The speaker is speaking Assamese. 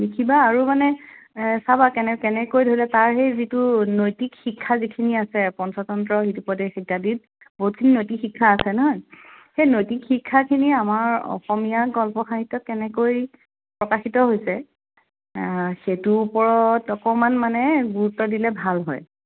লিখিবা আৰু মানে চাবা কেনে কেনেকৈ ধৰি লোৱা তাৰ সেই যিটো নৈতিক শিক্ষা যিখিনি আছে পঞ্চতন্তৰ হিতোপদেশ ইত্যাদিত বহুতখিনি নৈতিক শিক্ষা আছে নহয় সেই নৈতিক শিক্ষাখিনি আমাৰ অসমীয়া গল্পসাহিত্যত কেনেকৈ প্ৰকাশিত হৈছে সেইটোৰ ওপৰত অকণমান মানে গুৰুত্ব দিলে ভাল হয়